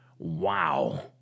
Wow